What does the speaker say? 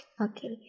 Okay